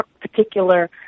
particular